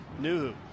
Nuhu